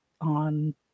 on